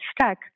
stuck